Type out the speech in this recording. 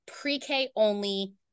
pre-K-only